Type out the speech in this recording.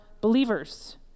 believers